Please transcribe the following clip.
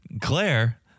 Claire